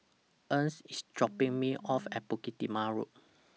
Ernst IS dropping Me off At Bukit Timah Road